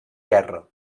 guerra